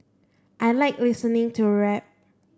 I like listening to rap